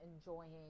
enjoying